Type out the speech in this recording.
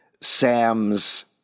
sam's